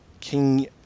King